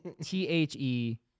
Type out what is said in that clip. t-h-e